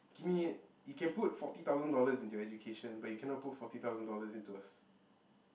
give me you can put forty thousand dollars into your education but you cannot put forty thousand dollars into a